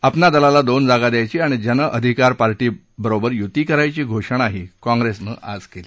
अपना दलाला दोन जागा द्यायची आणि जन अधिकार पार्टीबरोबर युती करायची घोषणाही काँग्रेसनं आज केली